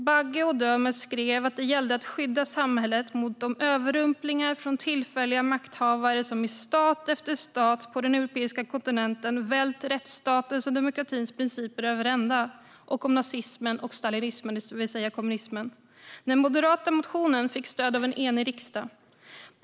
Bagge och Domö skrev att det gällde att skydda samhället mot de överrumplingar från tillfälliga makthavare som i stat efter stat på den europeiska kontinenten vält rättsstatens och demokratins principer över ända och om nazismen och stalinismen, det vill säga kommunismen. Den moderata motionen fick stöd av en enig riksdag.